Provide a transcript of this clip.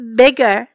bigger